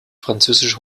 französische